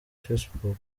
facebook